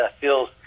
feels